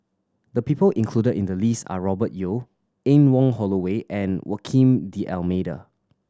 the people included in the list are Robert Yeo Anne Wong Holloway and Joaquim D'Almeida